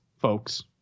folks